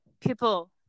people